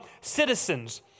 citizens